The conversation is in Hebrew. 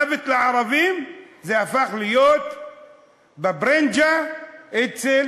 "מוות לערבים" הפך להיות בברנז'ה אצל